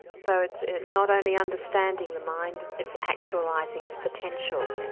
so it's not only understanding the mind, it's actualising its potential.